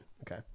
Okay